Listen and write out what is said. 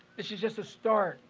it's just a start.